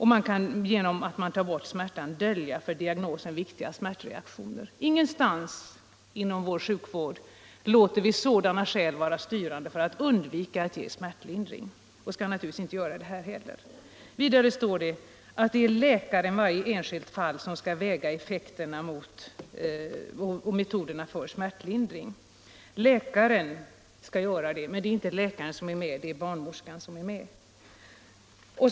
En —-- smärtlindring kan ——-—- dölja för diagnosen viktiga smärtreaktioner.” Ingenstans inom vår sjukvård låter vi sådana skäl vara styrande för att underlåta att ge smärtlindring, och vi skall naturligtvis inte heller göra det vid förlossning. ”Det är naturligt att läkaren i varje enskilt fall måste väga effekten av de metoder för smärtlindring som står till buds ---.” Det är alltså läkaren som skall göra det, men det är inte läkaren som är med vid förlossningen utan det är barnmorskan.